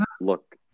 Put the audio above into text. look